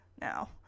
now